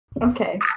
Okay